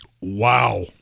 Wow